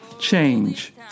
change